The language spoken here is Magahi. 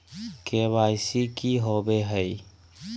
के.वाई.सी की हॉबे हय?